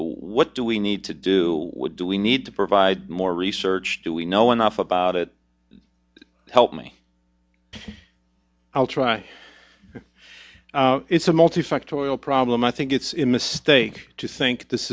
what do we need to do what do we need to provide more research do we know enough about it help me i'll try it's a multifactorial problem i think it's in mistake to think this